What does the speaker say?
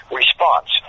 response